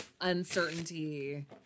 uncertainty